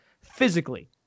physically